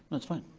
that's fine,